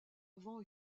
avant